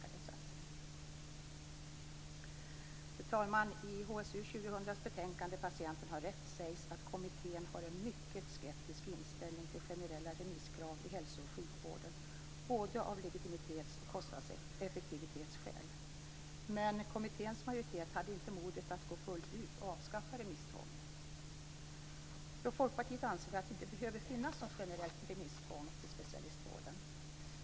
Fru talman! I HSU 2000-betänkandet Patienten har rätt sägs att kommittén har en mycket skeptisk inställning till generella remisskrav i hälso och sjukvården, både av legitimitets och av kostnadseffektivitetsskäl. Kommitténs majoritet hade dock inte modet att fullt ut avskaffa remisstvånget. Från Folkpartiet anser vi att det inte behöver finnas något generellt remisstvång till specialistvården.